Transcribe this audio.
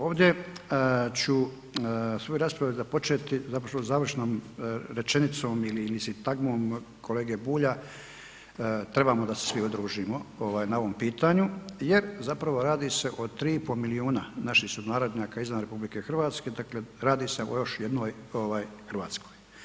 Ovdje ću svoju raspravu započeti zapravo u završnom rečenicom ili sintagmom kolege Bulja, trebao da se svi udružimo na ovom pitanju jer zapravo radi se o 3,5 miliona naših sunarodnjaka izvan RH, dakle radi se o još jednoj ovaj Hrvatskoj.